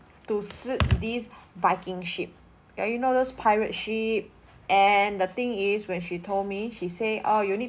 to sit this viking ship ya you know those pirate ship and the thing is when she told me she say oh you need